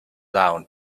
down